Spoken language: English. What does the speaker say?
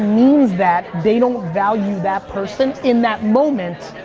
means that they don't value that person in that moment.